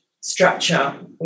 structure